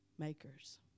makers